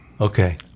Okay